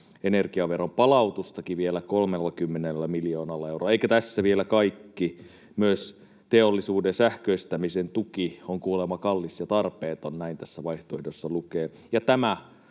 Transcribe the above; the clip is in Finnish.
energiaveron palautustakin vielä 30 miljoonalla eurolla. Eikä tässä vielä kaikki, myös teollisuuden sähköistämisen tuki on kuulemma kallis ja tarpeeton. Näin tässä vaihtoehdossa lukee.